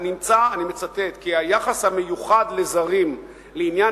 "נמצא כי היחס המיוחד לזרים לעניין